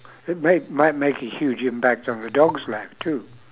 it may might make a huge impact on the dog's life too